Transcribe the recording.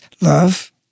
Love